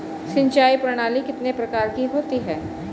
सिंचाई प्रणाली कितने प्रकार की होती हैं?